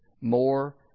more